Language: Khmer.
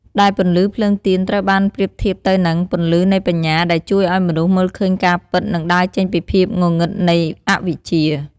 ដែលពន្លឺភ្លើងទៀន ត្រូវបានប្រៀបធៀបទៅនឹង ពន្លឺនៃបញ្ញា ដែលជួយឲ្យមនុស្សមើលឃើញការពិត និងដើរចេញពីភាពងងឹតនៃអវិជ្ជា។